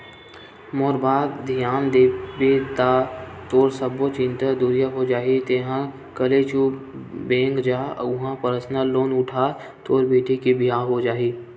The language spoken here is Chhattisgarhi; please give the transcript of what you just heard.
मोर बात धियान देबे ता तोर सब्बो चिंता दुरिहा हो जाही तेंहा कले चुप बेंक जा उहां परसनल लोन उठा तोर बेटी के बिहाव हो जाही